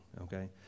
okay